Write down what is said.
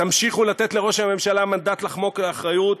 תמשיכו לתת לראש הממשלה מנדט לחמוק מאחריות,